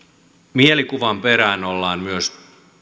mielikuvan perään ollaan myös